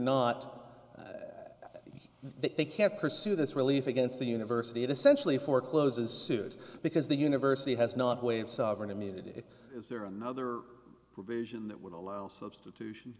not they can't pursue this relief against the university essentially forecloses sued because the university has not waived sovereign immunity is there another provision that would allow substitution